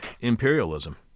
imperialism